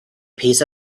piece